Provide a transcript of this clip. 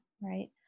right